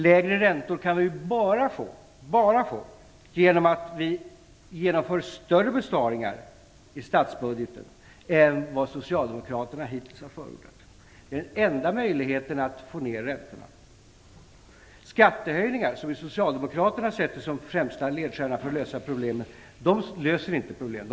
Lägre räntor kan vi bara få genom att genomföra större besparingar i statsbudgeten än vad socialdemokraterna hittills har förordat. Det är den enda möjligheten att få ned räntorna. Skattehöjningar - socialdemokraternas främsta ledstjärna för att lösa problemen - löser inga problem.